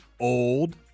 old